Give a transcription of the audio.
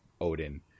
odin